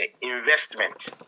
investment